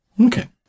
Okay